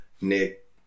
Nick